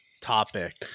topic